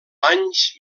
anys